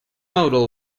model